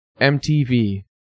MTV